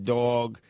dog